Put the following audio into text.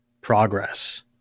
progress